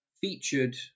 featured